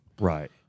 Right